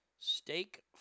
Steak